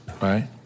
right